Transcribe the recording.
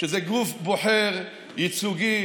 שזה גוף בוחר ייצוגי,